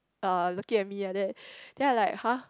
uh looking at me like that then I like !huh!